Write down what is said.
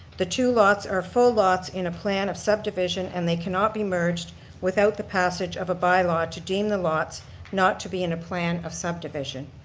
the two lots are full lots in a plan of subdivision and they cannot be merged without the passage of a bylaw to deem the lots not to be in a plan of subdivision.